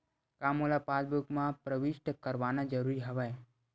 का मोला पासबुक म प्रविष्ट करवाना ज़रूरी हवय?